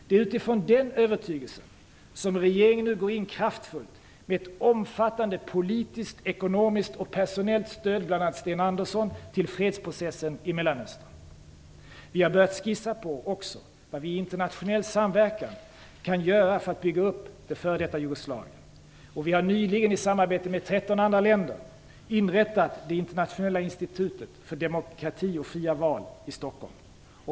Det är utifrån den övertygelsen som regeringen nu kraftfullt går in med ett omfattande politiskt, ekonomiskt och personellt stöd - där bl.a. Sten Andersson ingår - till fredsprocessen i Mellanöstern. Vi har också börjat skissa på vad vi i internationell samverkan kan göra för att bygga upp f.d. Jugoslavien. Vi har nyligen, i samarbete med 13 andra länder, inrättat Det internationella institutet för demokrati och fria val i Stockholm.